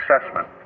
assessment